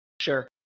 Sure